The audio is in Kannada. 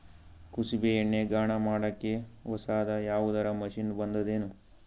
ಕುಸುಬಿ ಎಣ್ಣೆ ಗಾಣಾ ಮಾಡಕ್ಕೆ ಹೊಸಾದ ಯಾವುದರ ಮಷಿನ್ ಬಂದದೆನು?